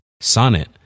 Sonnet